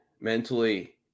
mentally